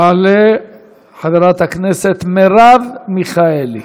תעלה חברת הכנסת מרב מיכאלי,